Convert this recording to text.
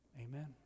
Amen